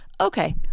okay